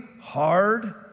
hard